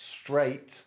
straight